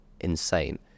insane